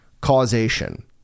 causation